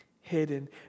hidden